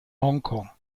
hongkong